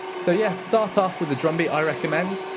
so yeah, start off with a drum beat, i recommend,